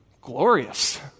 glorious